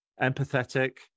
empathetic